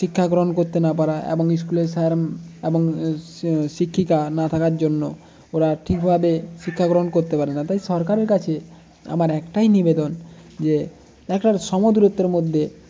শিক্ষা গ্রহণ করতে না পারা এবং স্কুলের স্যার এবং শিক্ষিকা না থাকার জন্য ওরা ঠিকভাবে শিক্ষা গ্রহণ করতে পারে না তাই সরকারের কাছে আমার একটাই নিবেদন যে একটা সমদূরত্বের মধ্যে